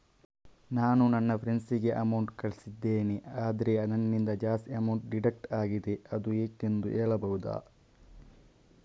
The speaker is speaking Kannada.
ನಾನು ನನ್ನ ಫ್ರೆಂಡ್ ಗೆ ಅಮೌಂಟ್ ಕಳ್ಸಿದ್ದೇನೆ ಆದ್ರೆ ನನ್ನಿಂದ ಜಾಸ್ತಿ ಅಮೌಂಟ್ ಡಿಡಕ್ಟ್ ಆಗಿದೆ ಅದು ಯಾಕೆಂದು ಹೇಳ್ಬಹುದಾ?